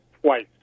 twice